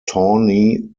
tawny